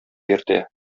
йөртә